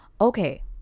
Okay